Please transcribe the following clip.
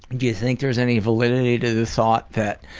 do you think there's any validity to the thought that